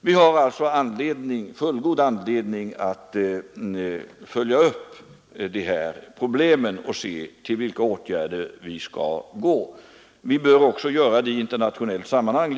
Vi har verkligen fullgod anledning att följa upp dessa problem och se vilka åtgärder vi skall vidta. Det bör vi också göra i internationellt samarbete.